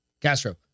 Castro